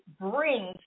brings